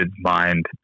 mind